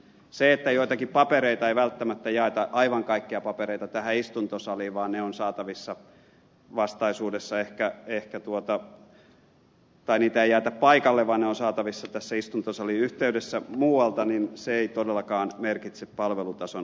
se että joitakin papereita ei välttämättä jaeta aivan kaikkia papereita tähän istuntosaliin tai niitä ei jaeta paikalle vaan ne ovat saatavissa vastaisuudessa istuntosalin yhteydessä muualta ei todellakaan merkitse palvelutason heikkenemistä